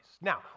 Now